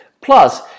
Plus